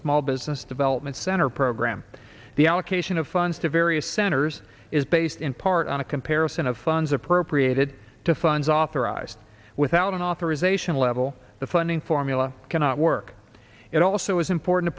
small business development center program the allocation of funds to various centers is based in part on a comparison of funds appropriated to funds authorized without an authorization level the funding formula cannot work it also is important to